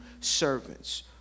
servants